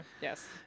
Yes